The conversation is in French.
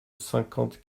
cinquante